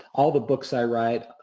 all the books i write,